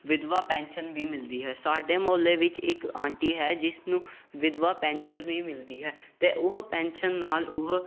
ਵਿਧਵਾ ਪੈਨਸ਼ਨ ਵੀ ਮਿਲਦੀ ਹੈ ਸਾਡੇ ਮੁਹੱਲੇ ਵਿੱਚ ਇੱਕ ਆਂਟੀ ਹੈ ਜਿਸ ਨੂੰ ਵਿਧਵਾ ਪੈਨਸ਼ਨ ਵੀ ਮਿਲਦੀ ਹੈ ਅਤੇ ਉਹ ਪੈਨਸ਼ਨ ਨਾਲ ਉਹ